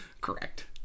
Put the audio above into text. Correct